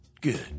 Good